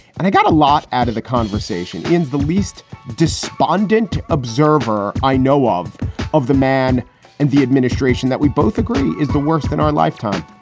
and i've got a lot out of the conversation in the least despondent observer i know of of the man and the administration that we both agree is the worst in our lifetime.